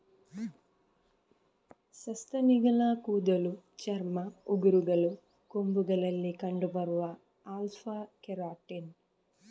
ಸಸ್ತನಿಗಳ ಕೂದಲು, ಚರ್ಮ, ಉಗುರುಗಳು, ಕೊಂಬುಗಳಲ್ಲಿ ಕಂಡು ಬರುದು ಆಲ್ಫಾ ಕೆರಾಟಿನ್